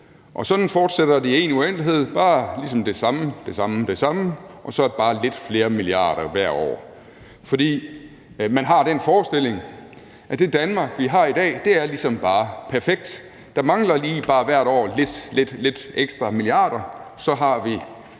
Sådan fortsætter det i en uendelighed med det samme og det samme, og så er det bare lidt flere milliarder kroner hvert år, fordi man har den forestilling, at det Danmark, vi har i dag, ligesom bare er perfekt, men der mangler bare lige hvert år lidt ekstra milliarder kroner, så har vi